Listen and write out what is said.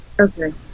Okay